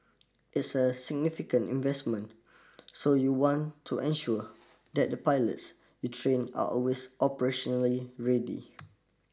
it's a significant investment so you want to ensure that the pilots you train are always operationally ready